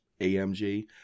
AMG